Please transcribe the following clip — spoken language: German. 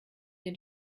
den